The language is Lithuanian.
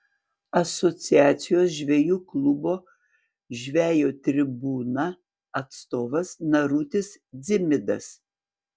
asociacijos žvejų klubo žvejo tribūna atstovas narutis dzimidas